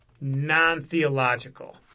non-theological